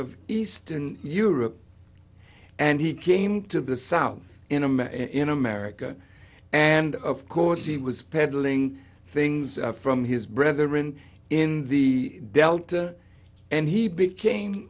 of eastern europe and he came to the south in a man in america and of course he was peddling things from his brother in in the delta and he became